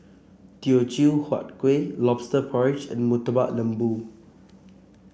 Teochew Huat Kueh lobster porridge and Murtabak Lembu